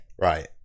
Right